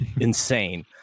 insane